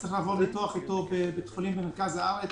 צריך לעבור ניתוח בבית חולים במרכז הארץ.